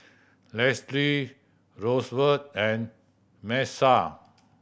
Lesley Rosevelt and Miesha